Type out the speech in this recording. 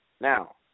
Now